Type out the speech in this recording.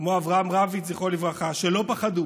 כמו אברהם רביץ, זכרו לברכה, שלא פחדו